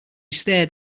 stared